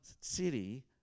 city